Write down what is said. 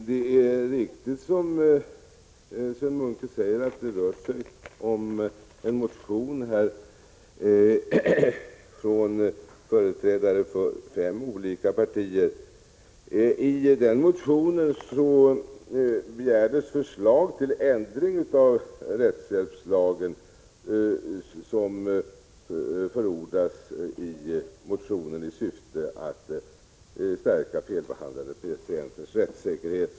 Herr talman! Det är riktigt som Sven Munke säger att det rör sig om en motion från företrädare för fem olika partier. I den motionen begärs förslag till ändring av rättshjälpslagen i syfte att stärka felbehandlade patienters rättssäkerhet.